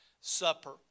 Supper